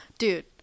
Dude